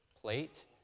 plate